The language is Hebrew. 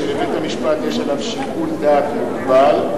עונש שלבית-המשפט יש בו שיקול דעת מוגבל,